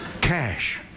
Cash